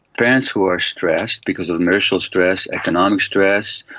parents who are stressed because of marital stress, economic stress,